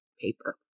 paper